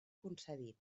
concedit